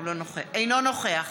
אינו נוכח